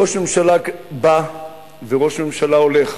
ראש ממשלה בא וראש ממשלה הולך,